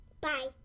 Bye